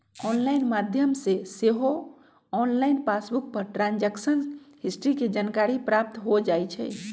online माध्यम से सेहो ऑनलाइन पासबुक पर ट्रांजैक्शन हिस्ट्री के जानकारी प्राप्त हो जाइ छइ